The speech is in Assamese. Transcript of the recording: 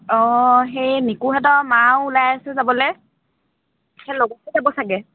অঁ সেই নিকুহঁতৰ মাও ওলাই আছেোঁ যাবলে সেই লগতে যাব চাগে